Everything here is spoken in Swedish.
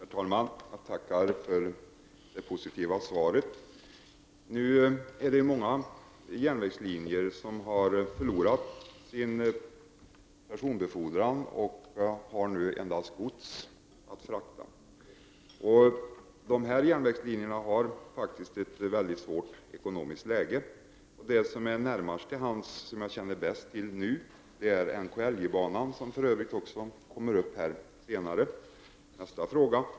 Herr talman! Jag tackar för det positiva svaret. Det är många järnvägslinjer som har förlorat sin personbefordran och som endast har godsfrakt. Dessa järnvägslinjer har ett mycket svårt ekonomiskt läge. Det fall som ligger närmast till hands, och det som jag känner bäst till, är NKLJ-banan, som för övrigt kommer att beröras i nästa fråga.